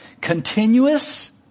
Continuous